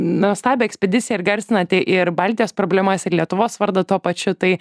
nuostabią ekspediciją ir garsinate ir baltijos problemas ir lietuvos vardą tuo pačiu tai